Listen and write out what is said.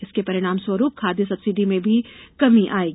इसके परिणामस्वरूप खाद्य सब्सिडी में भी कमी आयेगी